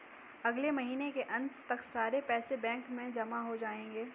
अगले महीने के अंत तक सारे पैसे बैंक में जमा हो जायेंगे